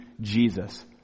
Jesus